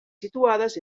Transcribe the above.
situades